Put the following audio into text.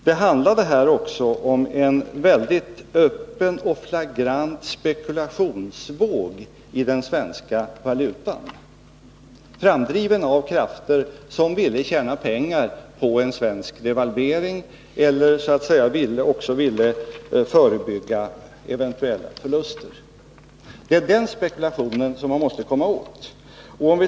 Det handlade också om en öppen och flagrant spekulationsvåg i den svenska valutan, framdriven av krafter som ville tjäna pengar på en svensk devalvering eller förebygga eventuella förluster. Det är den spekulationen man måste komma åt.